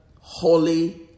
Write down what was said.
holy